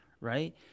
right